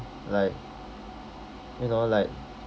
like you know like